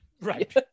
Right